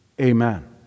amen